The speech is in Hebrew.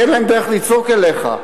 כי אין להם דרך לצעוק אליך.